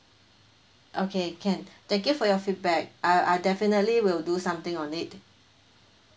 okay can thank you for your feedback I I definitely will do something on it